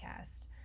podcast